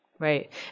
Right